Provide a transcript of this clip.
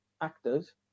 actors